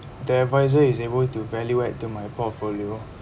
the adviser is able to value add to my portfolio